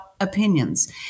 opinions